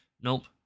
nope